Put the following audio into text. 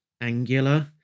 angular